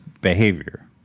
behavior